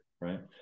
right